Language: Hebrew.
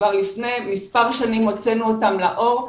כבר לפני מספר שנים הוצאנו אותם לאור.